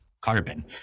carbon